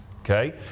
okay